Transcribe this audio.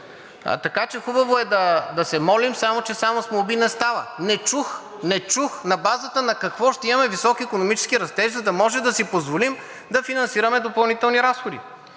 процент. Хубаво е да се молим, само че само с молби не става. Не чух на базата на какво ще имаме висок икономически растеж, за да може да си позволим да финансираме допълнителни разходи.